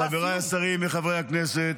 חבריי השרים וחברי הכנסת,